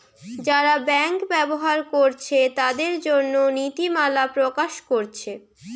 যারা ব্যাংক ব্যবহার কোরছে তাদের জন্যে নীতিমালা প্রকাশ কোরছে